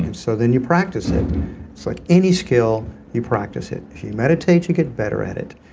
and so then you practice it. it's like any skill you practice it. if you you meditate, you get better at it.